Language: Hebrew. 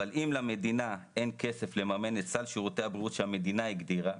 אבל אם למדינה אין כסף לממן את סל שירותי הבריאות שהמדינה הגדירה,